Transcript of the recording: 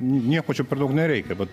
nieko čia per daug nereikia bet